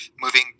moving